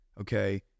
okay